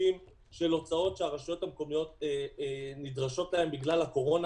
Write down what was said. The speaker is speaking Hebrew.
סוגים של הוצאות שהרשויות המקומיות נדרשות להן בגלל הקורונה.